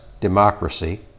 democracy